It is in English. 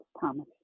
Thomas